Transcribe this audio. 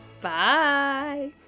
Bye